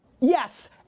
yes